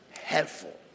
helpful